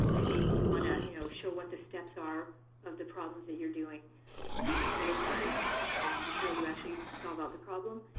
and maybe you want to you know show what the steps are of the problems that you're doing um ahead of time before you actually solve out the problem.